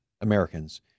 Americans